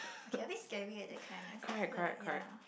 okay a bit scary at the kind lah I I feel like ya